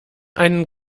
einen